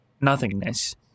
nothingness